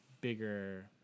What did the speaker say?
bigger